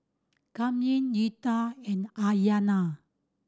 Kamden Retta and Aiyana